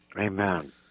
amen